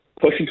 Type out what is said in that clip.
pushing